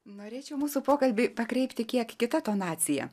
norėčiau mūsų pokalbį pakreipti kiek kita tonacija